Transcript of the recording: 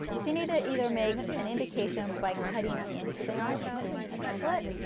so you need to either make an indication by cutting into the notches doing a slit,